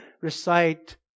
recite